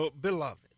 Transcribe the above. beloved